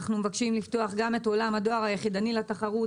לפתוח גם את עולם הדואר היחידני לתחרות.